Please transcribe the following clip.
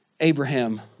Abraham